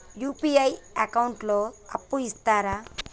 UPI account లో అప్పు ఇస్తరా?